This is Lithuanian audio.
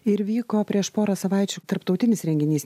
ir vyko prieš porą savaičių tarptautinis renginys